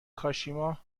کاشیما